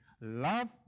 Love